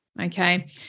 Okay